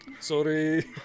Sorry